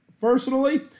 Personally